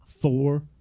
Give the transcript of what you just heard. four